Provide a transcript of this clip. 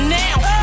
now